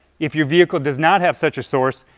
if your vehicle does not have such a source,